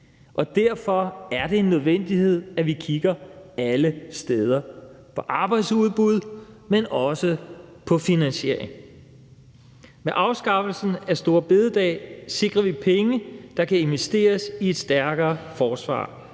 Derfor er det en nødvendighed, at vi kigger alle steder – på arbejdsudbud, men også på finansiering. Med afskaffelsen af store bededag sikrer vi penge, der kan investeres i et stærkere forsvar: